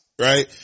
right